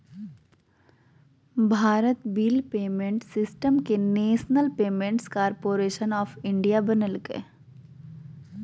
Bharat Bill Payment System के National Payments Corporation of India बनैल्कैय